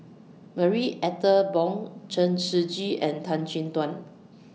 Marie Ethel Bong Chen Shiji and Tan Chin Tuan